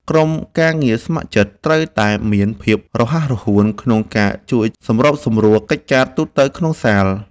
ក្រុមការងារស្ម័គ្រចិត្តត្រូវតែមានភាពរហ័សរហួនក្នុងការជួយសម្របសម្រួលកិច្ចការទូទៅក្នុងសាល។